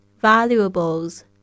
valuables